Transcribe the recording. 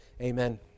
amen